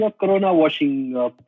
corona-washing